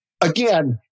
again